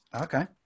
Okay